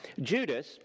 Judas